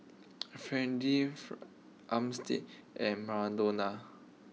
Freeda fur Armstead and Madonna